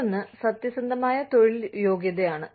മറ്റൊന്ന് സത്യസന്ധമായ തൊഴിൽ യോഗ്യതയാണ്